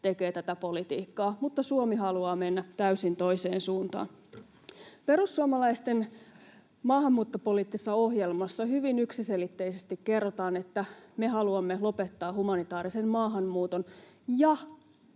tekee tätä politiikkaa, mutta Suomi haluaa mennä täysin toiseen suuntaan. Perussuomalaisten maahanmuuttopoliittisessa ohjelmassa hyvin yksiselitteisesti kerrotaan, että me haluamme lopettaa humanitaarisen maahanmuuton, ja